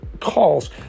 calls